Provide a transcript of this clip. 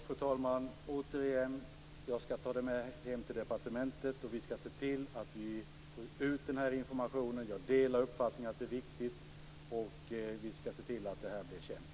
Fru talman! Återigen: Jag skall ta hem detta till departementet. Vi skall se till att vi får ut den här informationen. Jag delar uppfattningen att det är viktigt. Vi skall se till att det här blir känt.